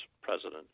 President